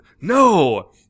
no